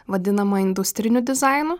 vadinama industriniu dizainu